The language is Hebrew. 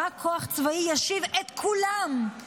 רק כוח צבאי ישיב את כולם,